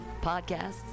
Podcasts